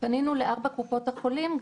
פנינו גם לארבע קופות החולים,